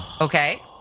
Okay